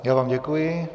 Já vám děkuji.